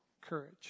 Courage